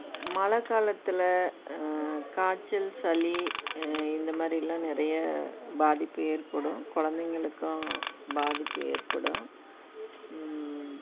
மழைக் காலத்தில் காய்ச்சல் சளி இந்த மாதிரிலாம் நிறைய பாதிப்பு ஏற்படும் கொழந்தைங்களுக்கும் பாதிப்பு ஏற்படும்